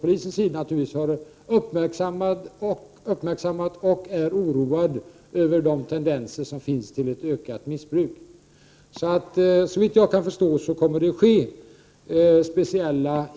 Polisen har uppmärksammat tendenser som finns till ett ökat missbruk och är oroad över dessa.